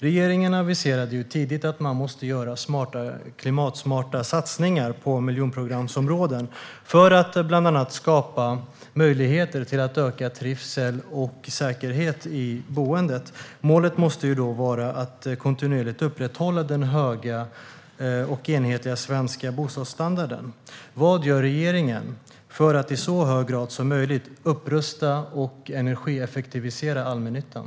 Regeringen aviserade ju tidigt att klimatsmarta satsningar måste göras i miljonprogramsområden för att bland annat skapa möjligheter till ökad trivsel och säkerhet. Målet måste vara att kontinuerligt upprätthålla den höga och enhetliga svenska bostadsstandarden. Vad gör regeringen för att i så hög grad som möjligt upprusta och energieffektivisera allmännyttan?